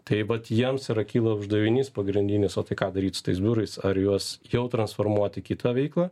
tai vat jiems yra kilo uždavinys pagrindinis o tai ką daryt su tais biurais ar juos jau transformuot į kitą veiklą